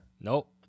Nope